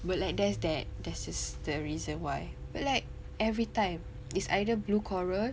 but like there's that this is the reason why but like everytime it's either blue coral